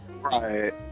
right